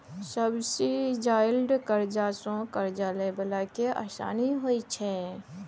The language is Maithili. सब्सिजाइज्ड करजा सँ करजा लए बला केँ आसानी होइ छै